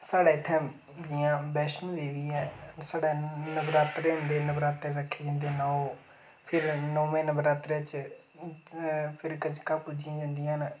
साढ़ै इत्थै जि'यां बैश्नो देवी ऐ साढ़ै नवरात्रे होंदे नवरात्रे रक्खे जंदे नौ फिर नोमें नवरात्रे च फेर कजंकां पूजियां जंदियां न